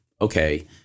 okay